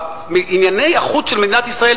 בענייני החוץ של מדינת ישראל,